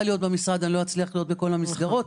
להיות במשרד לא אצליח להיות בכל המסגרות,